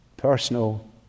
personal